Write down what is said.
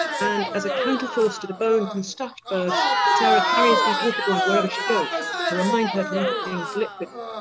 and as a counter force to the bones and stuffed birds sarah carries these water drawings wherever she goes to remind her to look at things liquidly